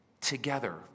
together